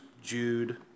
Jude